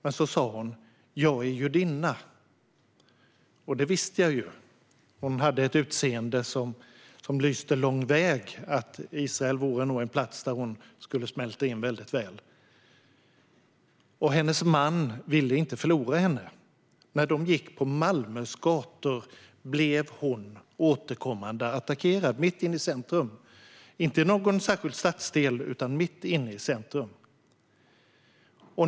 Men så sa hon: Jag är judinna. Det visste jag ju. Hon hade ett utseende som lyste lång väg att Israel vore nog en plats där hon skulle smälta in väldigt väl. Hennes man ville inte förlora henne. När de gick på Malmös gator blev hon återkommande attackerad mitt inne i centrum. Det var inte i någon särskild stadsdel utan mitt inne i centrum.